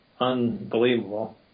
unbelievable